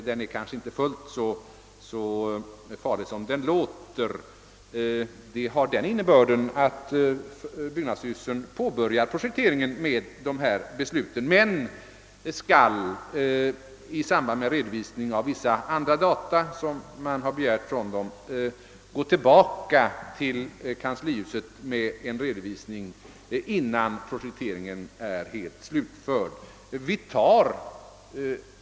Det är kanske inte fullt så konstigt som det låter. Detta begrepp har den innebörden att byggnadsstyrelsen påbörjar projekteringen men har att i samband med den redovisning av vissa andra data som begärts återkomma till kanslihuset med en redovisning innan projekteringen är helt slutförd.